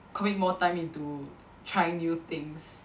commit more time into trying new things